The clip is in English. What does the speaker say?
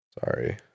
sorry